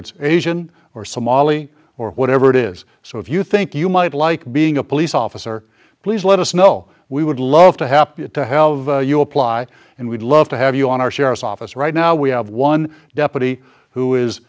it's asian or somali or whatever it is so if you think you might like being a police officer please let us know we would love to happy to have you apply and we'd love to have you on our sheriff's office right now we have one deputy who is